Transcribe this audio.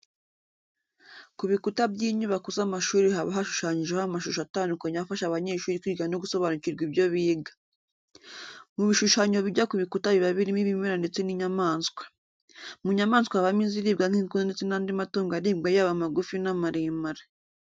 Ku bikuta by'inyubako z'amashuri haba hashushanyijeho amashusho atandukanye afasha abanyeshuri kwiga no gusobanukirwa ibyo biga. Mu bishushanyo bijya ku bikuta biba birimo ibimera ndetse n'inyamaswa. Mu nyamaswa habamo iziribwa nk'inkoko ndetse n'andi matungo aribwa yaba amagufi n'amaremare.